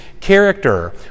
character